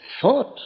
thought